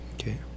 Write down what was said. Okay